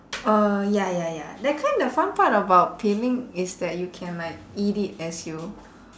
uh ya ya ya that kind the fun part about peeling is that you can like eat it as you